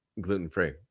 gluten-free